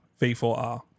V4R